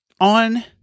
on